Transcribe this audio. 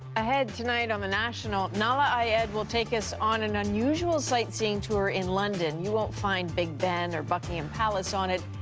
ahead tonight on the national, nahlah ayed will take us on an unusual sightseeing tour in london and you won't find big ben or buckingham palace on it,